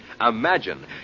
Imagine